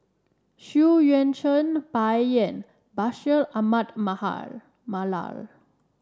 Xu Yuan Zhen Bai Yan Bashir Ahmad Mahal Mallal